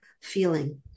feeling